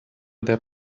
their